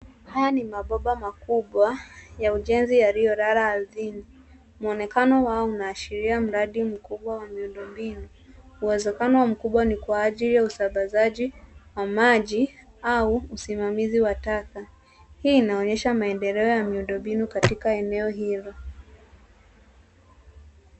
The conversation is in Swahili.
Haya ni mabomba makubwa ya ujenzi yaliyolala ardhini. Mwonekano wao unaashiria mradi mkubwa wa miundo mbinu. Uwezekano mkubwa ni kwa ajili ya usambazaji wa maji au usimamizi wa taka. Hii inaonyesha maendeleo ya miundo mbinu katika eneo hilo.